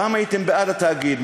פעם הייתם בעד התאגיד,